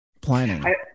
planning